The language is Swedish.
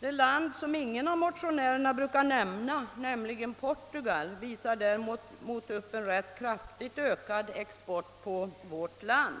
Ett land som ingen av motionärerna brukar nämna, nämligen Portugal, visar däremot upp en rätt kraftigt ökad export på vårt land.